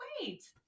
wait